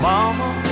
Mama